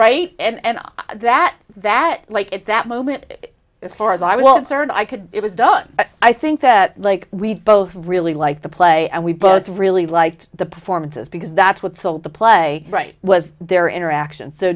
right and that that like at that moment as far as i once heard i could it was done i think that like we both really liked the play and we both really liked the performances because that's what sold the play wright was there interaction so